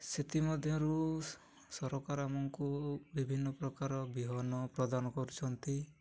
ସେଥିମଧ୍ୟରୁ ସରକାର ଆମକୁ ବିଭିନ୍ନ ପ୍ରକାର ବିହନ ପ୍ରଦାନ କରୁଛନ୍ତି